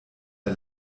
der